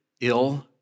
ill